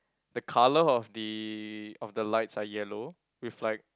the colour of the of the lights are yellow with like